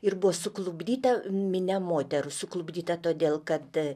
ir buvo suklupdyta minia moterų suklupdyta todėl kad